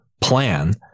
plan